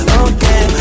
okay